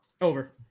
Over